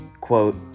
quote